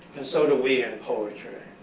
and so do we in poetry.